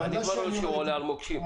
אני כבר רואה שהוא עולה על מוקשים.